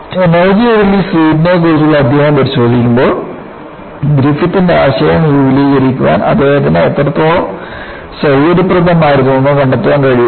energy release റേറ്റിനെക്കുറിച്ചുള്ള അധ്യായം പരിശോധിക്കുമ്പോൾ ഗ്രിഫിത്തിന്റെ ആശയങ്ങൾ വിപുലീകരിക്കാൻ അദ്ദേഹത്തിന് എത്രത്തോളം സൌകര്യപ്രദമായിരുന്നുവെന്ന് കണ്ടെത്താൻ കഴിയും